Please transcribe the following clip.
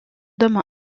demain